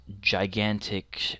gigantic